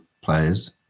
players